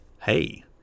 Hey